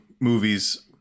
movies